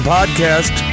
Podcast